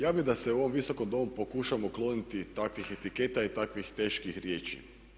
Ja bih da se u ovom Visokom domu pokušamo kloniti takvih etiketa i takvih teških riječi.